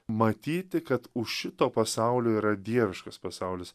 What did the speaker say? matyti kad už šito pasaulio yra dieviškas pasaulis